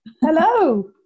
Hello